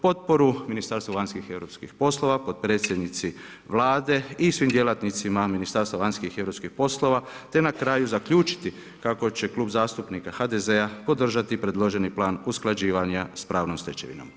Potporu Ministarstvu vanjskih i europskih poslova potpredsjednici Vlade i svim djelatnicima vanjskih i europskih poslova, te na kraju zaključiti kako će Klub zastupnika HDZ-a podržati predloženi Plan usklađivanja sa pravnom stečevinom.